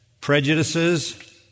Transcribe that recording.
prejudices